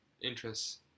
interests